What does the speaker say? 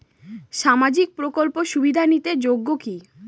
সামাজিক প্রকল্প সুবিধা নিতে যোগ্যতা কি?